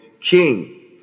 king